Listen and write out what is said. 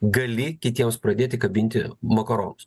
gali kitiems pradėti kabinti makaronus